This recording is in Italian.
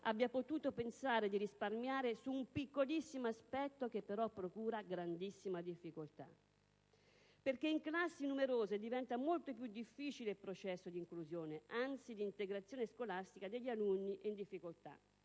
abbia potuto pensare di risparmiare su un piccolissimo aspetto, che però procura grandissime difficoltà», perché in classi numerose diventa molto più difficile il processo di inclusione, anzi di integrazione scolastica degli alunni in difficoltà.